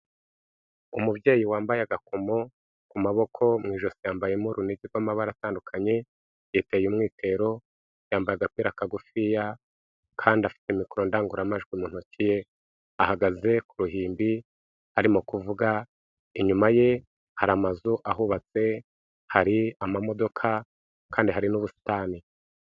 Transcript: Umubyeyi wambaye agakomo ku maboko, mu ijosi yambayemo urunigi rw'amabara atandukanye, yiteye umwitero, yambaye agapira kagufiya kandi afite mikoro ndangururamajwi mu ntoki ye, ahagaze ku ruhimbi arimo kuvuga, inyuma ye hari amazu ahubatse, hari amamodoka kandi hari n'ubusitani.